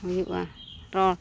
ᱦᱩᱭᱩᱜᱼᱟ ᱨᱚᱲ